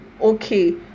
okay